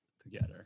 together